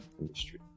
industry